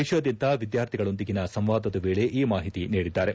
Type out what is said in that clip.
ದೇಶಾದ್ದಂತ ವಿದ್ಯಾರ್ಥಿಗಳೊಂದಿಗಿನ ಸಂವಾದದ ವೇಳೆ ಈ ಮಾಹಿತಿ ನೀಡಿದ್ದಾರೆ